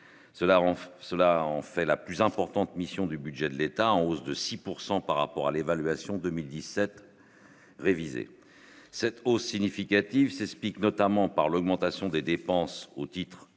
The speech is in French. cela en fait la plus importante mission du budget de l'État, en hausse de 6 pourcent par rapport à l'évaluation 2017 réviser cette hausse significative c'est speak notamment par l'augmentation des dépenses au titre du